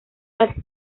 las